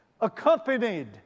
accompanied